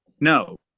No